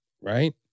Right